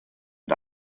mit